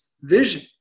vision